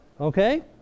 Okay